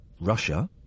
Russia